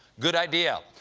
good idea.